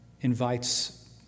invites